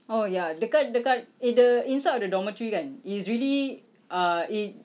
oh ya dekat dekat eh the inside of the dormitory kan it's really uh it